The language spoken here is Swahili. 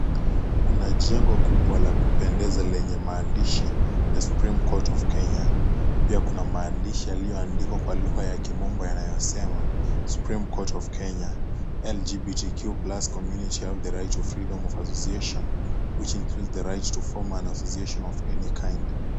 Kuna jengo kubwa la kupendeza lenye maandishi The Supreme court of Kenya .Kuna maandishi jina iko kwa lugha ya kimombo yakisema; Supreme court of Kenya LGBTQ+ community has the right to freedom of association, which includes the right to form which the rights to form an association of any kind(cs).